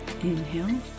Inhale